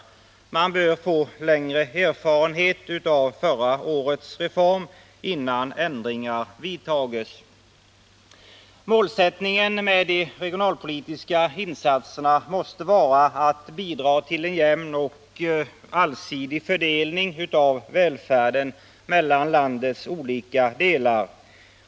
Man bör få längre erfarenhet av förra årets reform innan ändringar vidtas. Målsättningen för de regionalpolitiska insatserna måste vara att bidra till en jämn och allsidig fördelning av välfärden mellan landets olika delar.